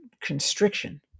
constriction